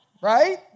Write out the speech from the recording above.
Right